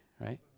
right